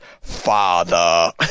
father